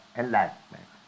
enlightenment